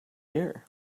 here